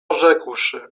rzekłszy